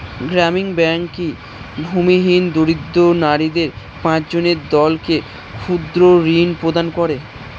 গ্রামীণ ব্যাংক কি ভূমিহীন দরিদ্র নারীদের পাঁচজনের দলকে ক্ষুদ্রঋণ প্রদান করে?